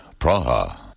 Praha